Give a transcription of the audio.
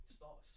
start